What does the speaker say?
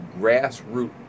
grassroots